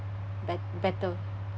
bett~ better